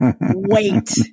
wait